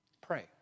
pray